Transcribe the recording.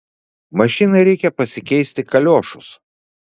mašinai reikia pasikeisti kaliošus